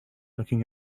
looking